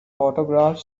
autograph